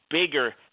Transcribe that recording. bigger